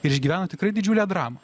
ir išgyveno tikrai didžiulę dramą